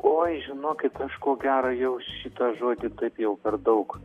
oi žinokit aš ko gero jau šitą žodžį taip jau per daug